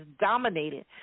dominated